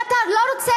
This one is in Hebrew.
אני קורא,